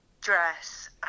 dress